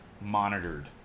monitored